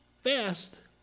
fast